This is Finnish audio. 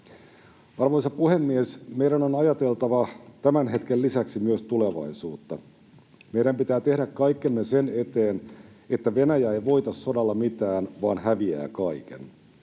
Arvoisa puhemies! Meidän on ajateltava tämän hetken lisäksi myös tulevaisuutta. Meidän pitää tehdä kaikkemme sen eteen, että Venäjä ei voita sodalla mitään vaan häviää kaiken.